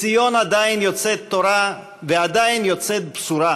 מציון עדיין יוצאת תורה ועדיין יוצאת בשורה